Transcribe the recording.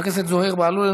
חבר הכנסת זוהיר בהלול,